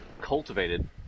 Cultivated